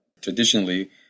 traditionally